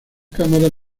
cámaras